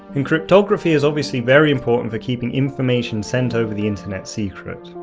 and cryptography is obviously very important for keeping information sent over the internet secret.